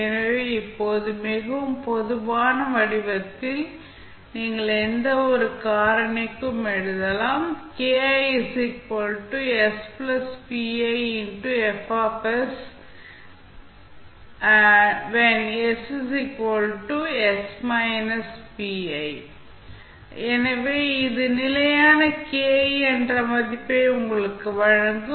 எனவே இப்போது மிகவும் பொதுவான வடிவத்தில் நீங்கள் எந்தவொரு காரணிக்கும் எழுதலாம் எனவே இது நிலையான என்ற மதிப்பை உங்களுக்கு வழங்கும்